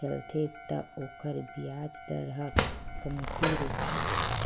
चलथे त ओखर बियाज दर ह कमती रहिथे